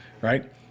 right